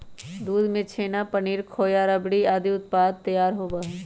दूध से छेना, पनीर, खोआ, रबड़ी आदि उत्पाद तैयार होबा हई